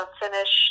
finish